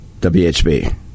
WHB